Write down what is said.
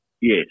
Yes